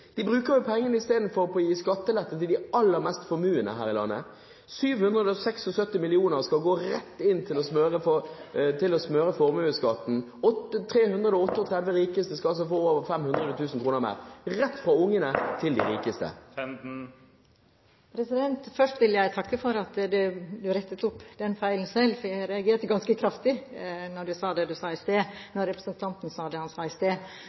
De bruker jo i stedet pengene til å gi skattelette til de aller mest formuende her i landet. 767 mill. kr skal gå rett inn til å smøre formuesskatten. De 338 rikeste skal få over 500 000 kr mer – rett fra ungene, til de rikeste. Først vil jeg takke for at representanten Holmås rettet opp den feilen selv, for jeg reagerte ganske kraftig da representanten sa det han sa i sted. Så kunne jeg kanskje sitert Lundteigen på at det